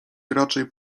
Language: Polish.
raczej